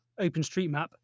OpenStreetMap